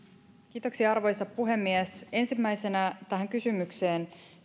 kiitoksia arvoisa puhemies ensimmäisenä tähän kysymykseen